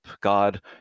God